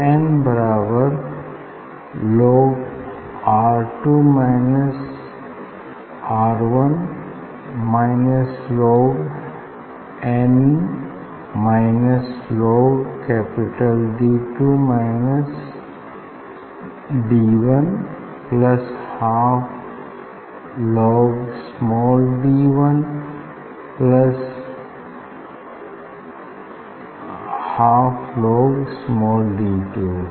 लोग एन बराबर log r two minus r one minus log n minus log capital D two minus D one plus half log small d one plus half log small d to